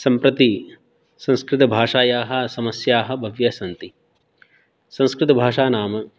सम्प्रति संस्कृतभाषायाः समस्याः बह्व्यः सन्ति संस्कृतभाषा नाम